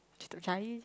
macam tak percaya je